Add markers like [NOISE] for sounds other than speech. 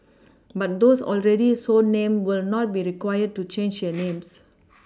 but those already so named will not be required to change their names [NOISE]